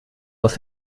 aus